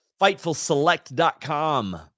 FightfulSelect.com